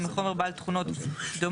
או מחומר בעל תכונות דומות,